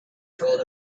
told